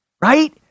right